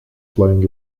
playing